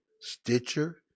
Stitcher